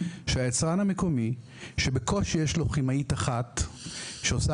שהיצרן המקומי שבקושי יש לו כימאית אחת שעושה